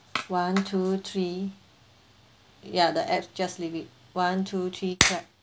one two three ya the app just leave it one two three clap